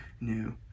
new